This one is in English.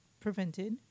prevented